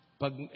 Pag